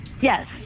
Yes